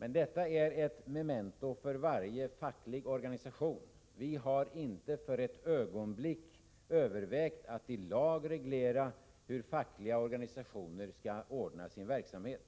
Men detta är ett memento för varje facklig organisation. Vi har inte för ett ögonblick övervägt att i lag reglera hur fackliga organisationer skall ordna sin verksamhet.